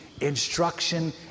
Instruction